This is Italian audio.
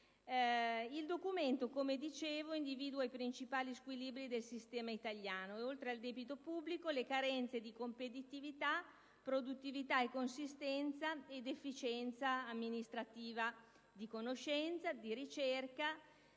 Il documento, come dicevo, individua i principali squilibri del sistema italiano: oltre al debito pubblico, le carenze di competitività, di produttività, consistenza ed efficienza amministrativa, di conoscenza, di ricerca, la necessità